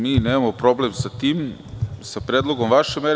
Mi nemamo problem sa tim, sa predlogom vaše mere.